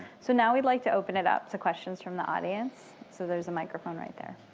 so now we'd like to open it up to questions from the audience, so there's a microphone right there.